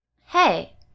Hey